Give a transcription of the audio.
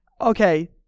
Okay